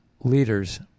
leaders